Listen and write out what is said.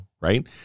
right